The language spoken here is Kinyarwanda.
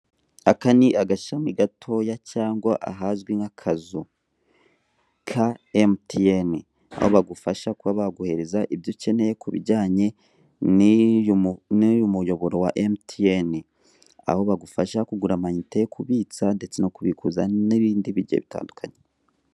Aka ni agashami gatoya cyangwa ahazwi nk'akazu ka emutiyeni. Aho bagufasha kuba baguhereza ibyo ukeneye ku bijyanye n'uyu muyoboro wa emutiyeni. Aho bagufasha kugura amayinite, kubitsa, ndetse no kubikuza, n'ibindi bigiye bitandukanye.